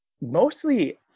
mostly